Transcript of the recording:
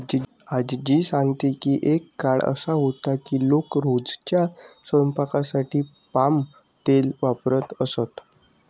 आज्जी सांगते की एक काळ असा होता की लोक रोजच्या स्वयंपाकासाठी पाम तेल वापरत असत